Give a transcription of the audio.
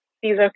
season